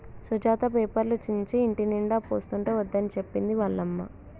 సుజాత పేపర్లు చించి ఇంటినిండా పోస్తుంటే వద్దని చెప్పింది వాళ్ళ అమ్మ